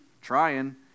Trying